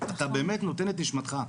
אתה באמת נותן את נשמתך.